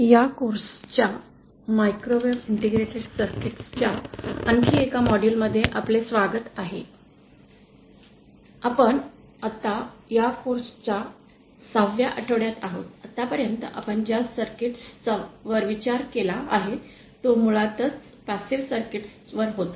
या कोर्स च्या microwave integrated circuits च्या आणखी एका मॉड्यूल मध्ये आपले स्वागत आहे आपण आता या कोर्स च्या 6 व्या आठवड्यात आहोत आतापर्यंत आपण ज्या सर्व सर्किट्स वर विचार केला आहे तो मुळातच पैसिव सर्किट होता